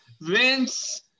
Vince